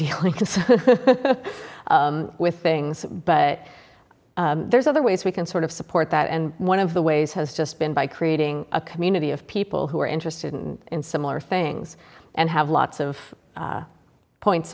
dealing with things but there's other ways we can sort of support that and one of the ways has just been by creating a community of people who are interested in similar things and have lots of points